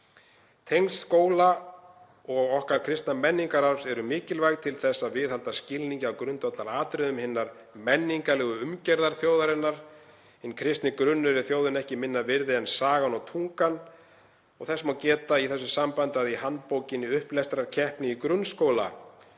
Tengsl skóla og okkar kristna menningararfs eru mikilvæg til þess að viðhalda skilningi á grundvallaratriðum hinnar menningarlegu umgerðar þjóðarinnar. Hinn kristni grunnur er þjóðinni ekki minna virði en sagan og tungan. Þess má geta í þessu sambandi að í handbókinni Upplestrarkeppni í grunnskóla